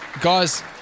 guys